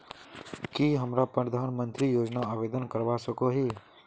की हमरा प्रधानमंत्री योजना आवेदन करवा सकोही?